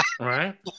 right